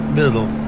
middle